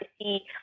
see